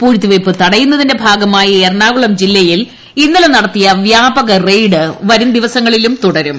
പൂഴ്ത്തിവെപ്പ് തടയു ന്നതിന്റെ ഭാഗമായി എറണാകുളം ജില്ലയിൽ ഇന്നലെ നടത്തിയ വ്യാപക റെയ്ഡ് വരും ദിവസങ്ങളിലും തുടരും